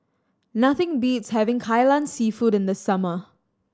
nothing beats having Kai Lan Seafood in the summer